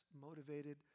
motivated